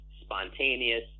spontaneous